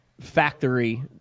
factory